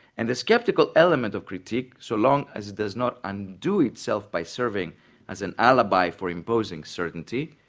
and the sceptical element of critique, so long as it does not undo itself by serving as an alibi for imposing certainty,